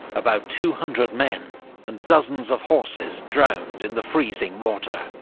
about two hundred men and dozens of horses drowned in the freezing water,